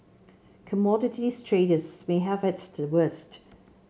commodities traders may have it the worst